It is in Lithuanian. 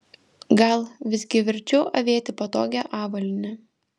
gal visgi verčiau avėti patogią avalynę